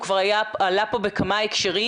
הוא כבר עלה פה בכמה הקשרים.